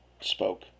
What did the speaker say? spoke